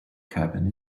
cabin